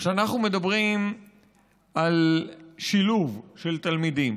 כשאנחנו מדברים על שילוב של תלמידים,